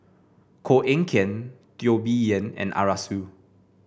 Koh Eng Kian Teo Bee Yen and Arasu